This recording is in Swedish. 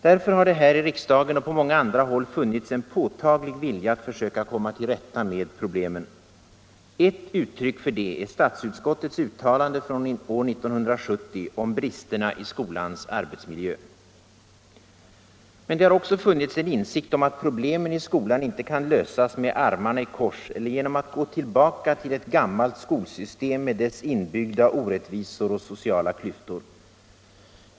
Därför har det här i riksdagen och på många andra håll funnits en påtaglig vilja att försöka komma till rätta med problemen. Ett uttryck för det är statsutskottets uttalande från år 1970 om bristerna i skolans arbetsmiljö. Men det har också funnits en insikt om att problemen i skolan inte kan lösas med armarna i kors eller genom att gå tillbaka till ett gammalt skolsystem med dess inbyggda orättvisor och sociala klyftor.